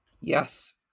Yes